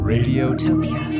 Radiotopia